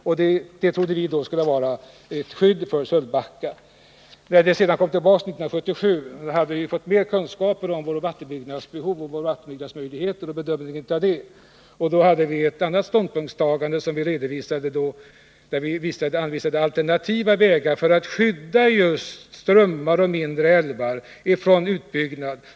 Detta trodde vi skulle vara ett skydd för Sölvbacka. När ärendet sedan kom tillbaka 1977 hade vi fått mera kunskap om vårt vattenbyggnadsbehov och våra vattenbyggnadsmöjligheter och bedömningen av dem. Då intog vi en klarare ståndpunkt. Vi anvisade alternativa vägar för att skydda och bevara strömmar och mindre älvar från utbyggnad.